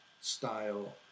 style